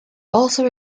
also